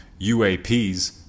uaps